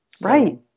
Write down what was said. Right